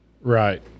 Right